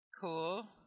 cool